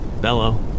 Bello